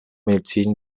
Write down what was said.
medizin